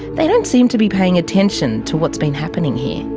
they don't seem to be paying attention to what's been happening here.